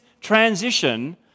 transition